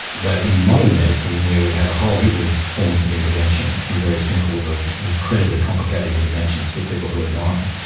but in modern medicine where we have a whole heap of forms of intervention from very simple to incredibly complicated interventions for people who are dying,